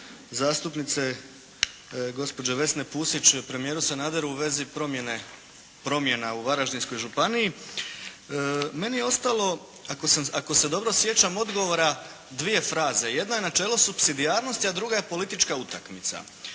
zastupnice gospođe Vesne Pusić premijeru Sanaderu u vezi promjene, promjena u Varaždinskoj županiji. Meni je ostalo ako sam, ako se dobro sjećam odgovora dvije fraze. Jedna je načelo subsidijarnosti, a druga je politička utakmica.